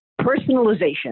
personalization